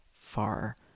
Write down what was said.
far